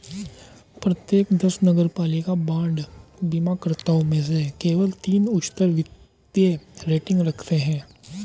प्रत्येक दस नगरपालिका बांड बीमाकर्ताओं में से केवल तीन उच्चतर वित्तीय रेटिंग रखते हैं